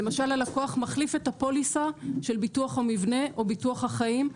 למשל הלקוח מחליף את הפוליסה של ביטוח המבנה או ביטוח החיים,